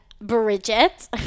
Bridget